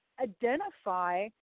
identify